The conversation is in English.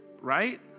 right